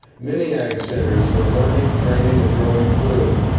mini-ag centers for learning, training, and growing food.